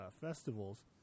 festivals